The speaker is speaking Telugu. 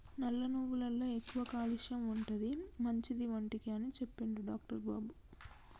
నల్ల నువ్వులల్ల ఎక్కువ క్యాల్షియం ఉంటది, మంచిది ఒంటికి అని చెప్పిండు డాక్టర్ బాబు